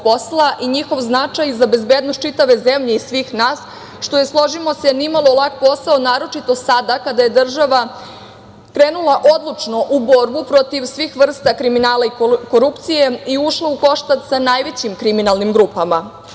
posla i njihov značaj za bezbednost čitave zemlje i svih nas, što je, složimo se, nimalo lak posao, naročito sada, kada je država krenula odlučno u borbu protiv svih vrsta kriminala i korupcije i ušla u koštac sa najvećim kriminalnim grupama. Građani